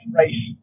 race